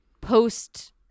post